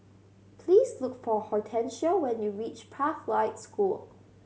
please look for Hortencia when you reach Pathlight School